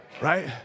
Right